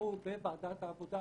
שאושרו בוועדת העבודה,